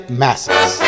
masses